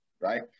right